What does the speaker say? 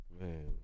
Man